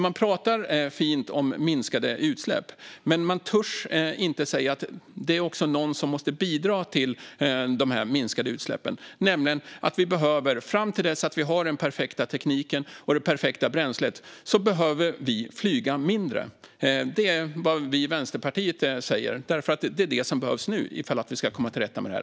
Man använder fina ord om minskade utsläpp, men man törs inte säga att någon också måste bidra till dessa minskade utsläpp. Fram till att vi har den perfekta tekniken och det perfekta bränslet behöver vi flyga mindre. Det är vad vi i Vänsterpartiet för fram, eftersom det är vad som behövs nu om vi ska komma till rätta med det här.